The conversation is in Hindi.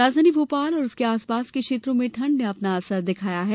राजधानी भोपाल तथा उसके आसपास के क्षेत्रों में ठंड ने अपना असर दिखाया है